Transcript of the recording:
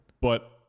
But-